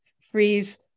freeze